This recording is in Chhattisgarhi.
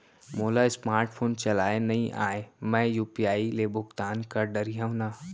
मोला स्मार्ट फोन चलाए नई आए मैं यू.पी.आई ले भुगतान कर डरिहंव न?